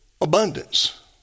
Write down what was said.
abundance